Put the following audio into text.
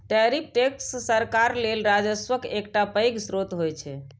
tariff tax सरकार लेल राजस्वक एकटा पैघ स्रोत होइ छै